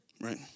right